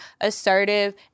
assertive